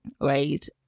right